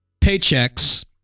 paychecks